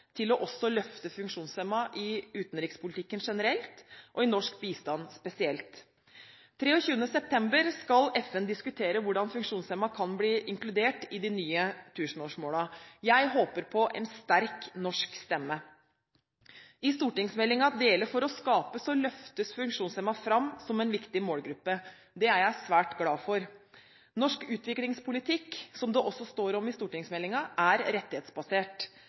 oss til også å løfte funksjonshemmede i utenrikspolitikken generelt og i norsk bistand spesielt. 23. september skal FN diskutere hvordan funksjonshemmede kan bli inkludert i de nye tusenårsmålene. Jeg håper på en sterk norsk stemme. I stortingsmeldingen Dele for å skape løftes funksjonshemmede fram som en viktig målgruppe. Det er jeg svært glad for. Som det også står i stortingsmeldingen: Norsk utviklingspolitikk er rettighetsbasert.